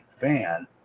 fan